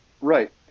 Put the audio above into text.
right